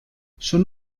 són